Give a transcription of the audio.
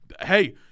hey